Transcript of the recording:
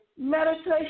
meditation